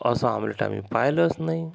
असं आम्लेट आम्ही पाहिलंच नाही